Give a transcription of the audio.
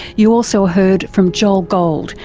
you also heard from joel gold,